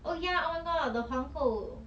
oh ya oh my god the 皇后